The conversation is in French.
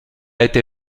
été